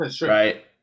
right